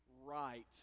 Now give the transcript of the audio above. right